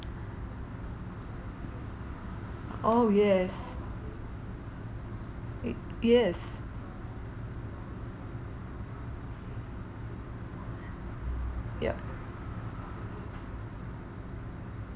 oh yes it yes ya